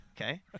okay